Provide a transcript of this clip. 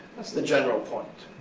that's the general point.